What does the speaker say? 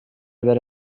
بره